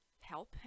help